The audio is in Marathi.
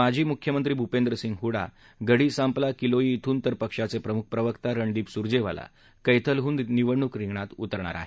माजी मुख्यमंत्री भूपेंद्रसिंग हूडा गढी सांपला किलोई ध्रून तर पक्षाचे प्रमुख प्रवक्ता रणदीप सुरजेवाला कैथल हून निवडणूक रिंगणात उतरणार आहेत